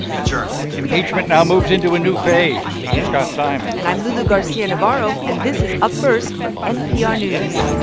adjourned impeachment now moves into a new phase. i'm scott simon and i'm lulu garcia-navarro. and this is up first from npr news